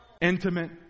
intimate